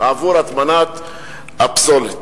עבור הטמנת הפסולת.